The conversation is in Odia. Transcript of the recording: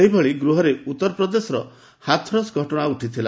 ସେହିଭଳି ଗୃହରେ ଉଉରପ୍ରଦେଶର ହାଥରସ୍ ଘଟଣା ଉଠିଥିଲା